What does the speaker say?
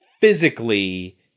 physically